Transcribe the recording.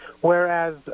whereas